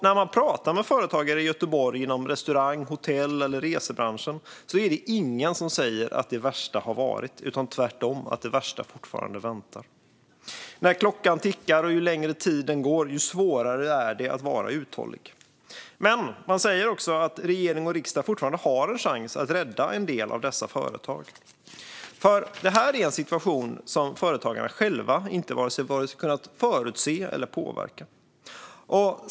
När man pratar med företagare i Göteborg inom restaurang, hotell eller resebranschen är det ingen som säger att det värsta har varit, utan tvärtom säger man att det värsta fortfarande väntar. När klockan tickar och ju längre tiden går, desto svårare blir det att vara uthållig. Men man säger också att regering och riksdag fortfarande har en chans att rädda en del av dessa företag. Det här är en situation företagarna själva inte vare sig kunnat förutse eller påverka.